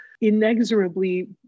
inexorably